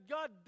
God